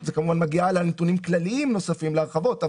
זה כמובן מגיע לנתונים כלליים נוספים ולהרחבות,